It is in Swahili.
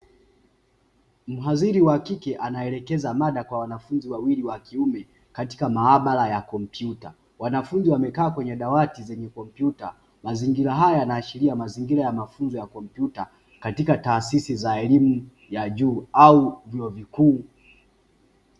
Mhadhiri wa kike anayeelekeza mada kwa wanafunzi wawili wa kiume katika maabara ya kompyuta, wanafunzi wamekaa kwenye dawati zenye kompyuta. Mazingira haya yanaashiria mazingira ya mafunzo ya kompyuta katika taasisi za elimu ya juu au vyuo vikuu.